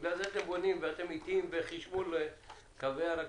על זה אתם בונים ואתם איטיים בחשמול קווי הרכבת.